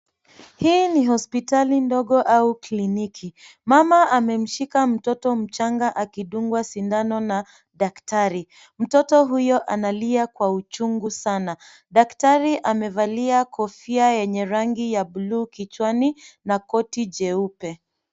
Hii ni hospitali ndogo au kliniki mama amemshika mtoto mchanga akidungwa sindano na daktari mtoto huyo analia kwa uchungu sana daktari amevalia kofia yenye rangi ya buluu kichwani na koti jeupe.